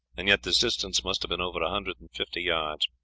and yet the distance must have been over a hundred and fifty yards.